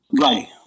Right